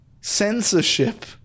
censorship